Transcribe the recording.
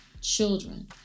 children